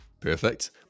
Perfect